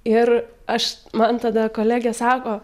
ir aš man tada kolegė sako